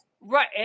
Right